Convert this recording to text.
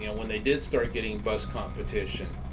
you know when they did start getting bus competition